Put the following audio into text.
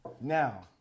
Now